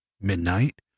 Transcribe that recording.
midnight